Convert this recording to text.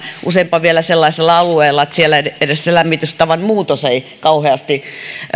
useinpa vielä sellaisella alueella että siellä edes edes se lämmitystavan muutos ei kauheasti